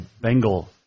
Bengal